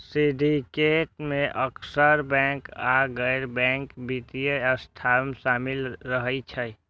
syndicate मे अक्सर bank आ गैर बैंकिंग वित्तीय संस्था शामिल रहै छै